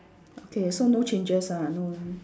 okay so no changes ah no